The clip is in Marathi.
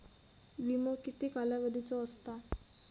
विमो किती कालावधीचो असता?